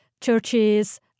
churches